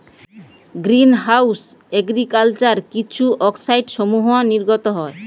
green house agriculture কিছু অক্সাইডসমূহ নির্গত হয়